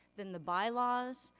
then the bylaws,